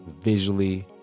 visually